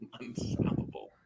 Unstoppable